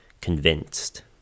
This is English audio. convinced